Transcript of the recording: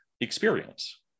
experience